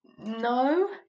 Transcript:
no